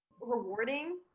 rewarding